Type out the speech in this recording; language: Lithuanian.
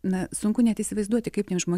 na sunku net įsivaizduoti kaip tie žmo